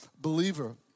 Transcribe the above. believer